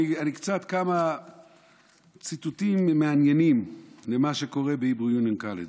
כמה ציטוטים מעניינים על מה שקורה בהיברו יוניון קולג'.